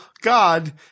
god